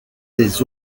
les